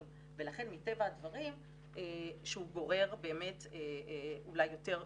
ולכן מטבע הדברים שהוא גורר באמת אולי יותר בעיות.